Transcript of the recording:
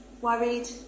Worried